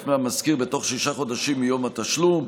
מהמשכיר בתוך שישה חודשים מיום התשלום,